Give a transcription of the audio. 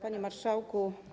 Panie Marszałku!